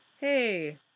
Hey